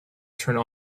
turned